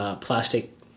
Plastic